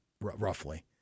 roughly